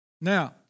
Now